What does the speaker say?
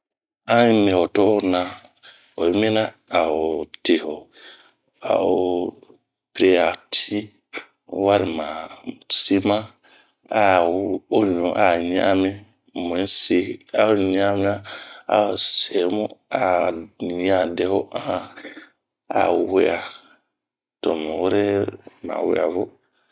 anh yi mi ho to'oo na, oyi mina a o tii o, a o piria tin warima sima, a oɲu a ɲa'anmi mu yi sii a o semu a ɲian deho anh, a wea to mu were ma wea vo